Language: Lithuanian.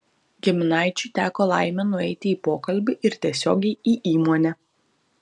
giminaičiui teko laimė nueiti į pokalbį ir tiesiogiai į įmonę